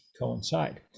coincide